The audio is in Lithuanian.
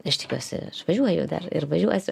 aš tikiuosi aš važiuoju ir važiuosiu